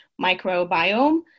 microbiome